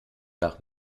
nach